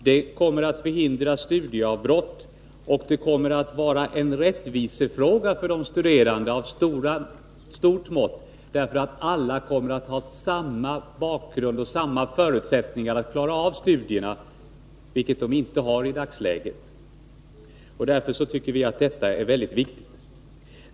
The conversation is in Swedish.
Det kommer att förhindra studieavbrott, och det kommer att vara en rättviseåtgärd av stort mått för de studerande, eftersom alla kommer att ha samma bakgrund och samma förutsättningar att klara av studierna, vilket de inte har i dagsläget. Därför tycker vi att detta är väldigt viktigt.